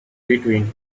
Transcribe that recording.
between